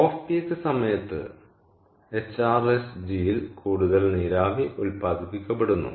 of peak സമയത്ത് HRSG ൽ കൂടുതൽ നീരാവി ഉത്പാദിപ്പിക്കപ്പെടുന്നു